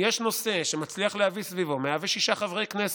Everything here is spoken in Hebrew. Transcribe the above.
אם יש נושא שמצליח להביא סביבו 106 חברי כנסת,